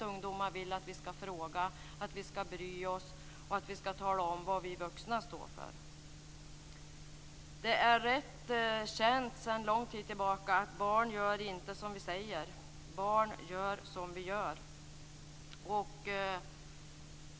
Ungdomar vill att vi skall fråga, bry oss och tala om vad vi vuxna står för. Det är känt sedan lång tid tillbaka att barn inte gör som vi säger. Barn gör som vi gör.